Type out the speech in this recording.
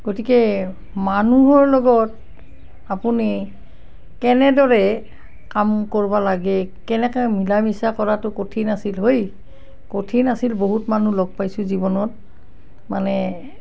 গতিকে মানুহৰ লগত আপুনি কেনেদৰে কাম ক'ৰব লাগে কেনেকে মিলা মিছা কৰাটো কঠিন আছিল হয় কঠিন আছিল বহুত মানুহ লগ পাইছোঁ জীৱনত মানে